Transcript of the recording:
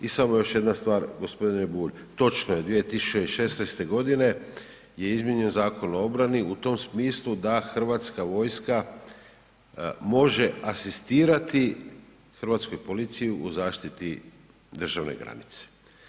I samo još jedna stvar, g. Bulj, točno je 2016. godine je izmijenjen Zakon o obrani u tom smislu da Hrvatska vojska može asistirati Hrvatskoj policiji u zaštiti državne granice.